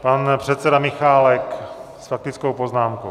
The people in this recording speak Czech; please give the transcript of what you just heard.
Pan předseda Michálek s faktickou poznámkou.